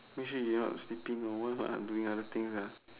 make sure you're not sleeping or what doing other things lah